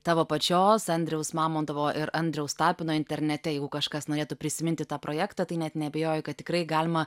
tavo pačios andriaus mamontovo ir andriaus tapino internete jeigu kažkas norėtų prisiminti tą projektą tai net neabejoju kad tikrai galima